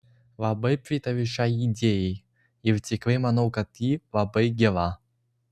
labai pritariu šiai idėjai ir tikrai manau kad ji labai gera